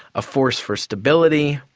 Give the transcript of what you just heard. a force for stability,